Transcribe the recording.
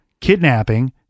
kidnapping